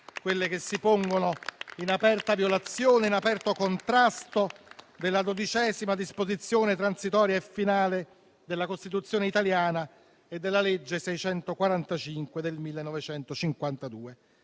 quelle che si pongono in aperta violazione e in aperto contrasto della XII disposizione transitoria e finale della Costituzione italiana e della legge n. 645 del 1952.